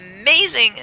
amazing